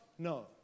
No